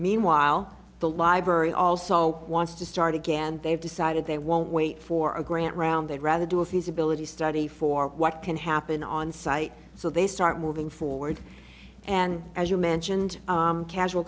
meanwhile the library also wants to start again and they've decided they won't wait for a grant round they'd rather do with his ability study for what can happen on site so they start moving forward and as you mentioned casual